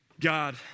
God